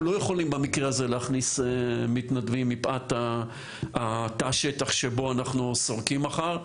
אנחנו לא יכולים להכניס מתנדבים מפאת תא השטח שבו אנחנו סורקים מחר.